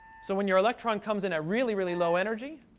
so, when you're electron comes in a really, really low energy,